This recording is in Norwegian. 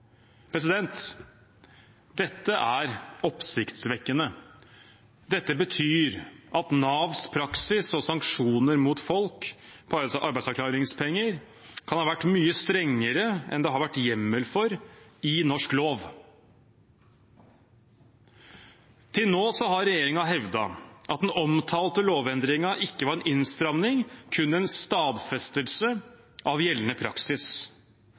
Dette er oppsiktsvekkende. Dette betyr at Navs praksis og sanksjoner mot folk som går på arbeidsavklaringspenger, kan ha vært mye strengere enn det har vært hjemmel for i norsk lov. Til nå har regjeringen hevdet at den omtalte lovendringen ikke var en innstramning, kun en stadfestelse av gjeldende praksis.